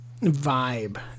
vibe